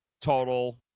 total